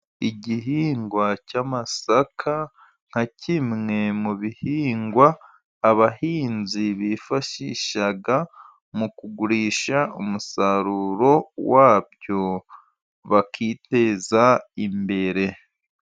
Igihingwa cy'amasaka nka kimwe mu bihingwa abahinzi bifashisha mu kugurisha umusaruro wabyo bakiteza imbere.